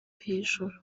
hejuru